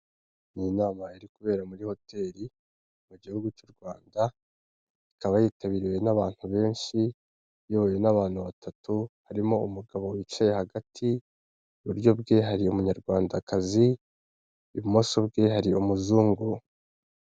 Iyi nama iri kubera muri Hoteri mu gihugu cy'u Rwanda, ikaba yitabiriwe n'abantu benshi, iyobowe n'abantu batatu, harimo umugabo wicaye hagati, iburyo bwe hari umunyarwandakazi, ibumoso bwe hari umuzungu.